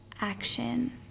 action